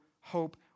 hope